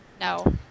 no